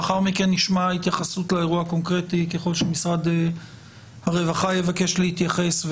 לאחר מכן נשמע התייחסות לאירוע הקונקרטי ככל שמשרד הרווחה יבקש להתייחס,